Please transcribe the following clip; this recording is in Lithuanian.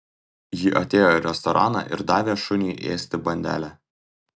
ji atėjo į restoraną ir davė šuniui ėsti bandelę